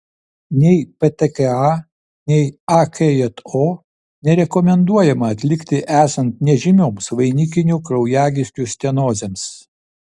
nei ptka nei akjo nerekomenduojama atlikti esant nežymioms vainikinių kraujagyslių stenozėms